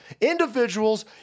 individuals